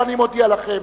ואני מודיע לכם,